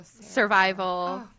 survival